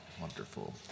Wonderful